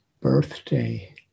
birthday